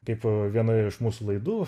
kaip viena iš mūsų laidų